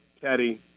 Teddy